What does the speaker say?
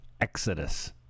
exodus